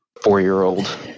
four-year-old